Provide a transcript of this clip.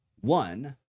one